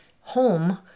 home